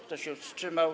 Kto się wstrzymał?